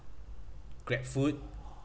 grabfood